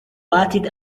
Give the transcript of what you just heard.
batted